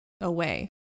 away